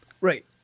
Right